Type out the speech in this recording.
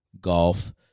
golf